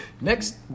Next